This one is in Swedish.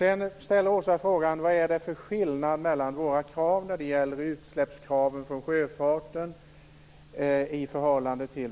Vidare ställer Åsa Stenberg frågan vad det är för skillnad mellan våra utsläppskrav på sjöfarten